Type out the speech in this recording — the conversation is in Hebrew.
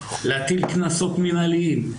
להטיל קנסות מנהליים,